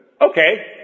Okay